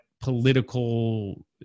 political